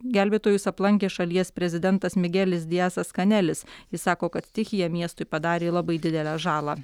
gelbėtojus aplankė šalies prezidentas migelis diasas kanelis jis sako kad stichija miestui padarė labai didelę žalą